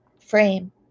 frame